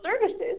services